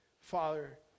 Father